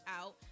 out